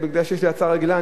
מכיוון שיש לי הצעה רגילה,